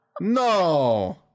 no